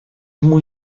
muy